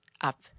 up